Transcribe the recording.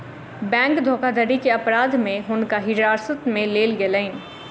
bank धोखाधड़ी के अपराध में हुनका हिरासत में लेल गेलैन